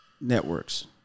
networks